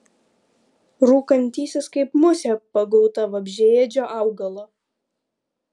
rūkantysis kaip musė pagauta vabzdžiaėdžio augalo